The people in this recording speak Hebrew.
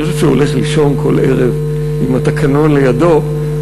אני חושב שהוא הולך לישון כל ערב עם התקנון לידו,